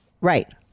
Right